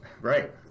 right